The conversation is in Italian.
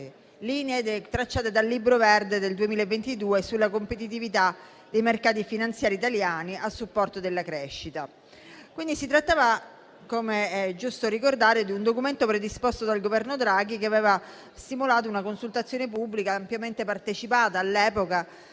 linee tracciate dal Libro verde del 2022 sulla competitività dei mercati finanziari italiani a supporto della crescita. Si trattava quindi - com'è giusto ricordare - di un documento predisposto dal Governo Draghi, che aveva stimolato una consultazione pubblica all'epoca ampiamente partecipata dagli